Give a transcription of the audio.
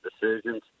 decisions